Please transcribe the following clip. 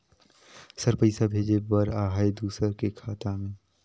Sir पइसा भेजे बर आहाय दुसर के खाता मे?